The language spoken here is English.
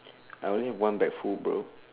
I only have one bag full bro